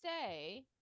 say